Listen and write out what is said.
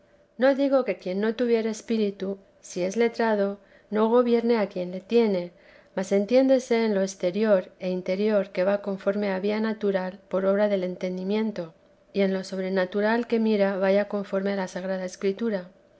no digo que quien no tuviere espíritu si es letrado no gobierne a quien le tiene mas entiéndese en lo exterior e interior que va conforme a vía natural por obra del entendimiento y en lo sobrenatural que mire vaya conforme a la sagrada escritura